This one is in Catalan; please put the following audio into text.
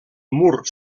mur